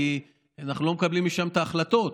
כי אנחנו לא מקבלים משם את ההחלטות,